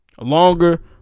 Longer